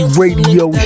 radio